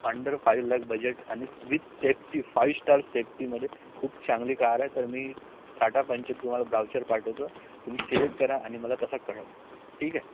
under five lakh budget आणि with safety five star सेफ्टीमध्ये खूप चांगली कार आहे तर मी टाटा पंच तुम्हाला ब्राउचर पाठवतो तुम्ही सिलेक्ट करा आणि मला तसा कळवा ठीक आहे